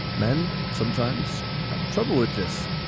men sometimes have trouble with this.